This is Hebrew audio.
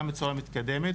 גם בצורה מתקדמת,